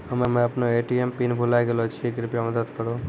हम्मे अपनो ATM pin भुलाय गेलो छियै, कृपया मदत करहो